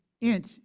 inch